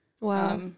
Wow